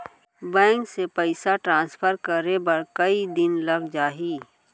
Bank से पइसा transfer करे बर कई दिन लग जाही?